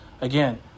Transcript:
again